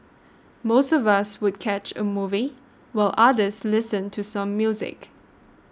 most of us would catch a movie while others listen to some music